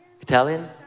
Italian